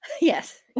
Yes